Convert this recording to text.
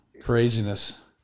craziness